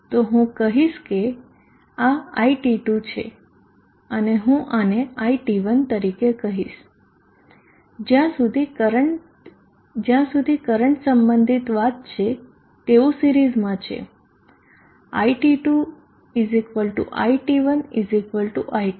તો હું કહીશ કે આ iT2 છે અને હું આને iT1 તરીકે કહીશ જ્યાં સુધી કરંટ સંબંધિત વાત છે તેઓ સિરીઝમાં છે iT1 iT2 iT